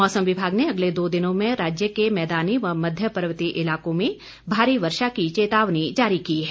मौसम विभाग ने अगले दो दिनों में प्रदेश के मैदानी व मध्य पर्वतीय इलाकों में भारी वर्षा की चेतावनी जारी की है